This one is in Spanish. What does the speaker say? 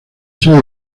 seis